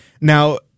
Now